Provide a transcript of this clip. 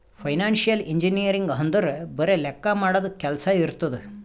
financial engineering ಅಂದುರ್ ಬರೆ ಲೆಕ್ಕಾ ಮಾಡದು ಕೆಲ್ಸಾ ಇರ್ತುದ್